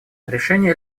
решение